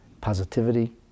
positivity